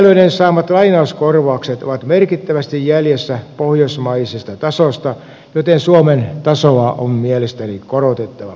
kirjailijoiden saamat lainauskorvaukset ovat merkittävästi jäljessä pohjoismaisesta tasosta joten suomen tasoa on mielestäni korotettava